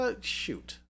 Shoot